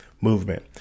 movement